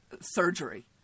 surgery